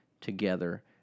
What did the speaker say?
together